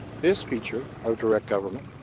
this feature of direct government,